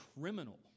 criminal